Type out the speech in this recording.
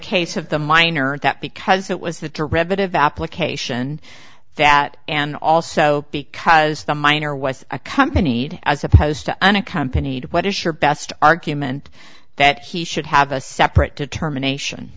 case of the minor it that because it was have to read that of application that and also because the minor was accompanied as opposed to unaccompanied what is your best argument that he should have a separate determination